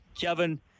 kevin